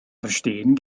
verstehen